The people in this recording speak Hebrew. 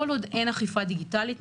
כל עוד אין אכיפה דיגיטלית,